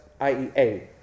IEA